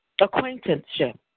acquaintanceship